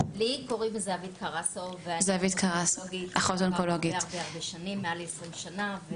שמי זהבית קרסו ואני אחות אונקולוגית כבר מעל ל-20 שנה.